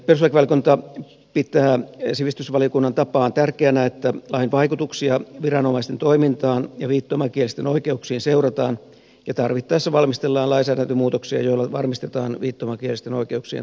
perustuslakivaliokunta pitää sivistysvaliokunnan tapaan tärkeänä että lain vaikutuksia viranomaisten toimintaan ja viittomakielisten oikeuksiin seurataan ja tarvittaessa valmistellaan lainsäädäntömuutoksia joilla varmistetaan viittomakielisten oikeuksien toteutuminen